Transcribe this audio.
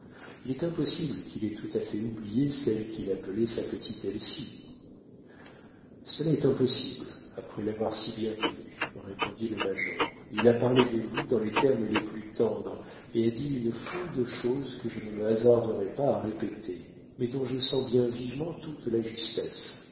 il est impossible qu'il ait tout à fait oublié celle qu'il appelait sa petite elsie cela est impossible après l'avoir si bien connue répondit le major il a parlé de vous dans les termes les plus tendres et a dit une foule de choses que je ne me hasarderai pas à répéter mais dont je sens bien vivement toute la justesse